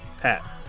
Pat